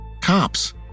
cops